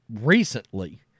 recently